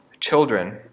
children